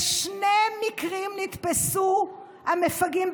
בשני מקרים נתפסו המפגעים,